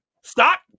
Stop